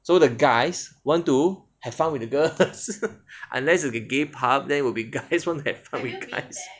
so the guys want to have fun with the girl unless like a gay pub then it will be guys want to have fun with guys